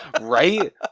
right